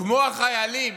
כמו החיילים